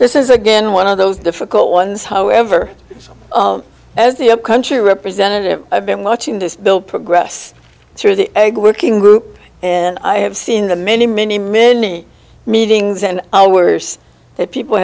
this is again one of those difficult ones however as the country representative i've been watching this bill progress through the egg working group and i have seen the many many many meetings and hours that people